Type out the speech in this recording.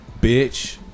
bitch